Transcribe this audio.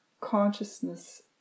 consciousness